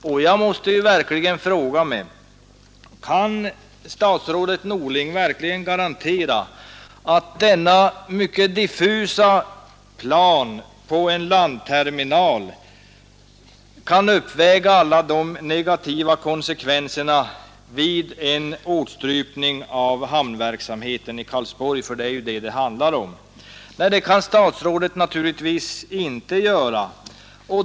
Kan statsrådet Norling verkligen garantera att en landterminal, som det bara finns mycket diffusa planer på, kan uppväga alla de negativa konsekvenserna vid en åtstrypning av hamnverksamheten i Karlsborg — för det är ju det det handlar om? Nej, det kan statsrådet naturligtvis inte göra.